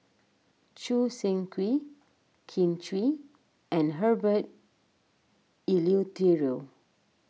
Choo Seng Quee Kin Chui and Herbert Eleuterio